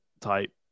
type